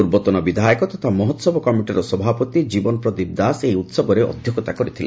ପୂର୍ବତନ ବିଧାୟକ ତଥା ମହୋହବ କମିଟିର ସଭାପତି ଜୀବନ ପ୍ରଦୀପ ଦାସ ଏହି ଉହବରେ ଅଧ୍ଧକ୍ଷତା କରିଥିଲେ